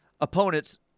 opponent's